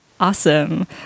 Awesome